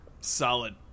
solid